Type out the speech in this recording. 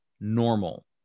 normal